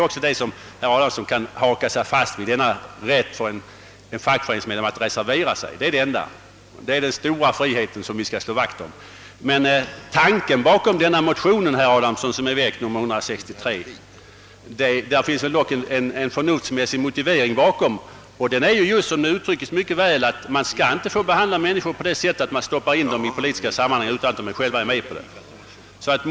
Vad herr Adamsson kan haka sig fast vid är en rätt för en fackföreningsmedlem att reservera sig — det är den stora frihet som vi skall slå vakt om. Det finns dock en förnuftsmässig motivering bakom motionen 163, nämligen den som uttrycks så väl med orden att man inte skall få behandla människor så, att man tvingar dem med i politiska sammanhang utan att de själva vill vara med.